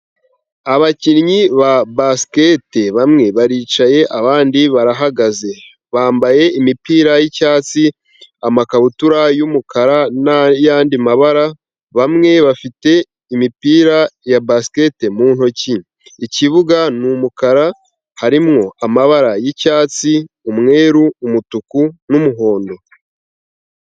Abakinnyi ba basiketi bamwe baricaye, abandi barahagaze bambaye imipira y'icyatsi ,amakabutura y'umukara n'ayandi mabara ,bamwe bafite imipira ya basiketi mu ntoki ,ikibuga n'umukara harimo: amabara yi' icyatsi ,umweru ,umutuku n'umuhondo.